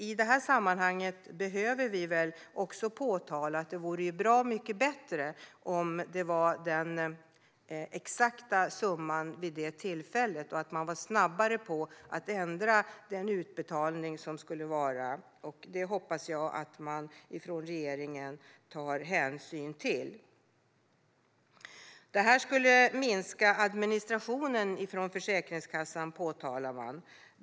I det här sammanhanget behöver vi väl också påpeka att det vore bra mycket bättre om det gällde den exakta summan vid det tillfället och om man var snabbare med att ändra den utbetalning som skulle ske. Det hoppas jag att regeringen tar hänsyn till. Det här skulle minska administrationen vid Försäkringskassan, påpekar man.